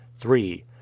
three